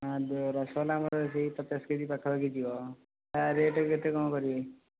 ରସଗୋଲା ଆମର ସେହି ପଚାଶ କେଜି ପାଖା ପାଖି ଦିଅ ଆ ରେଟ କେତେ କ'ଣ କରିବେ